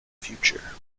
future